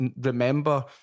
remember